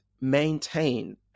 maintain